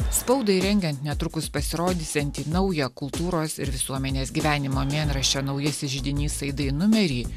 spaudai rengiant netrukus pasirodysiantį naują kultūros ir visuomenės gyvenimo mėnraščio naujasis židinys aidai numerį